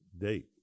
date